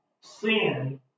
sin